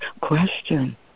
question